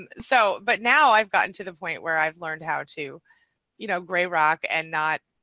and so, but now i've gotten to the point where i've learned how to you know grey rock and not.